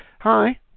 hi